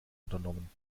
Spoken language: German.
unternommen